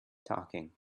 talking